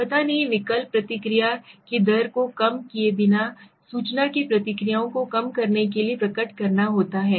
एक पता नहीं विकल्प प्रतिक्रिया की दर को कम किए बिना बिना सूचना के प्रतिक्रियाओं को कम करने के लिए प्रकट होता है